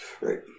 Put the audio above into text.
Right